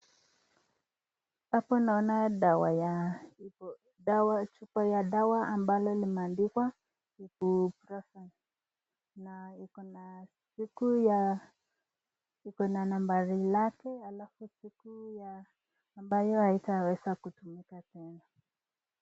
Hapa naona chupabya dawa ambalo limeadikwa brufen , na iko na nambari lake, alafu siku ya ambayo haitaweza kutumika tena.